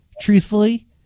truthfully